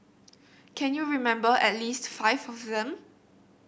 can you remember at least five of them